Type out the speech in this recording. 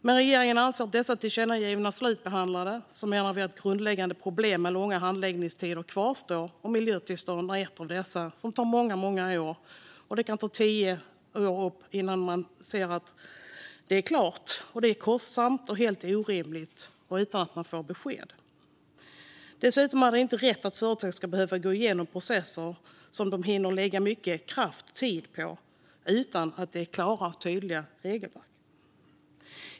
Medan regeringen anser att dessa tillkännagivanden är slutbehandlade menar vi att de grundläggande problemen med långa handläggningstider kvarstår, bland annat när det gäller miljötillstånd. Det kan ta tio år innan det är klart. Detta är kostsamt, och det är helt orimligt att man inte får besked. Dessutom är det inte rätt att företag ska behöva gå igenom processer som de lägger mycket kraft och tid på utan att det finns klara och tydliga regelverk.